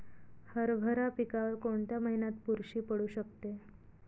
हरभरा पिकावर कोणत्या महिन्यात बुरशी पडू शकते?